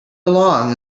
along